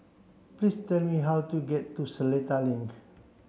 please tell me how to get to Seletar Link